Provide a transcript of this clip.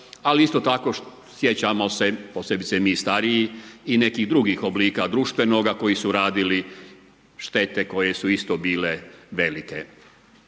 ali isto tako sjećamo se posebice mi stariji i nekih drugih oblika društvenoga koji su radili štete koje su isto bile velike.